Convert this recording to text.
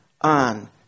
on